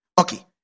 Okay